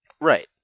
Right